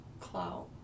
clout